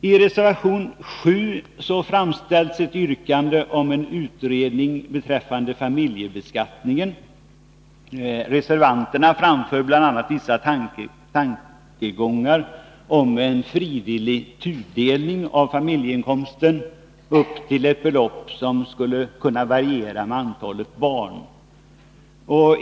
I reservation 7 framställs ett yrkande om en utredning beträffande familjebeskattningen. Reservanterna framför bl.a. vissa tankegångar om en frivillig tudelning av familjeinkomsten upp till belopp som skulle kunna variera med antalet barn.